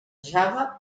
java